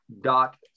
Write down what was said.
dot